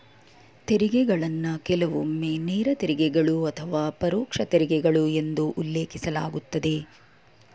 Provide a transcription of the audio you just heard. ತೆರಿಗೆಗಳನ್ನ ಕೆಲವೊಮ್ಮೆ ನೇರ ತೆರಿಗೆಗಳು ಅಥವಾ ಪರೋಕ್ಷ ತೆರಿಗೆಗಳು ಎಂದು ಉಲ್ಲೇಖಿಸಲಾಗುತ್ತದೆ